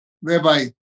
whereby